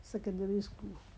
secondary school